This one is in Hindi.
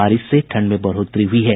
बारिश से ठंड में बढ़ोतरी हुयी है